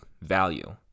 value